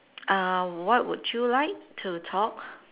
uh what would you like to talk